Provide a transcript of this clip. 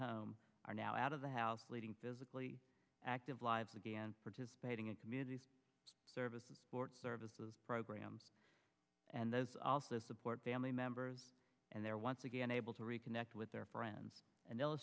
home are now out of the house leading physically active lives again participating in community service and support services programs and those also support family members and they're once again able to reconnect with their friends an